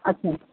ଆଚ୍ଛା